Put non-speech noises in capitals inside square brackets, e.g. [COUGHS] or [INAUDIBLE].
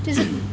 [COUGHS]